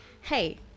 Hey